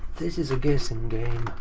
this is a guessing game.